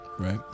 right